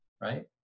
right